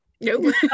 Nope